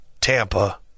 Tampa